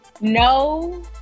No